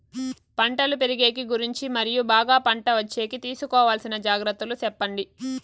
పంటలు పెరిగేకి గురించి మరియు బాగా పంట వచ్చేకి తీసుకోవాల్సిన జాగ్రత్త లు సెప్పండి?